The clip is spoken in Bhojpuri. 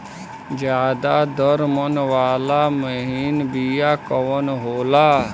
ज्यादा दर मन वाला महीन बिया कवन होला?